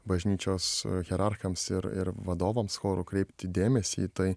bažnyčios hierarchams ir ir vadovams chorų kreipti dėmesį į tai